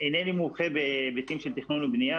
אינני מומחה בהיבטים של תכנון ובנייה,